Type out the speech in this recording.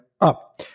up